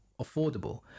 affordable